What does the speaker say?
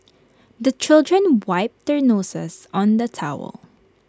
the children wipe their noses on the towel